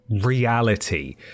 reality